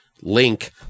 link